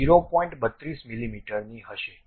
32 મીમીની હશે